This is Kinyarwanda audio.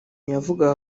yavugaga